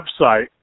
website